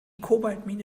kobaltmine